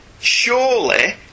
surely